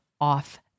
off